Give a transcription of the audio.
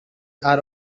are